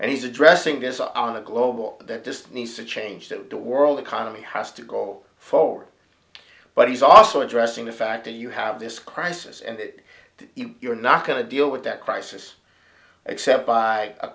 and he's addressing this on a global that just needs to change that the world economy has to go forward but he's also addressing the fact that you have this crisis and that you're not going to deal with that crisis except by a